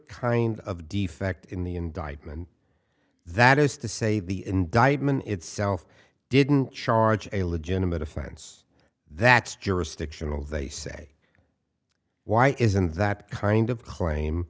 kind of defect in the indictment that is to say the indictment itself didn't charge a legitimate offense that's jurisdictional they say why isn't that kind of claim